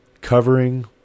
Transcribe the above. covering